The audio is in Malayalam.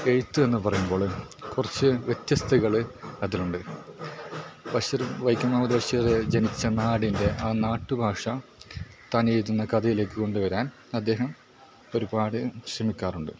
എഴുത്ത് എന്ന് പറയുമ്പോൾ കുറച്ച് വ്യത്യസ്തകൾ അതിലുണ്ട് ബഷീർ വൈക്കം മുഹമ്മദ് ബഷീർ ജനിച്ച നാടിൻ്റെ ആ നാട്ടു ഭാഷ താനെഴുതുന്ന കഥയിലേക്ക് കൊണ്ട് വരാൻ അദ്ദേഹം ഒരുപാട് ശ്രമിക്കാറുണ്ട്